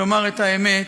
לומר את האמת,